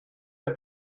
der